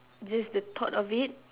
just the thought of it